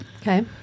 Okay